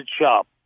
shop